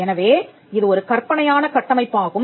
எனவே இது ஒரு கற்பனையான கட்டமைப்பாகும்